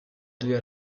due